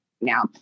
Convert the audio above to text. now